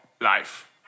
Life